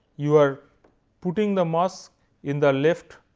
you are putting the mask in the left,